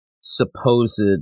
supposed